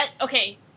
okay